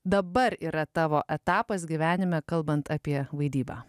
dabar yra tavo etapas gyvenime kalbant apie vaidybą